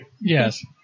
Yes